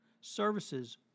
services